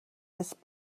this